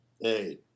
hey